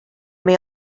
may